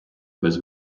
без